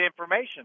information